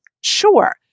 sure